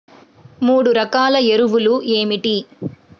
మూడు రకాల ఎరువులు ఏమిటి?